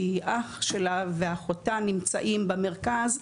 כי אח שלה ואחותה נמצאים במרכז,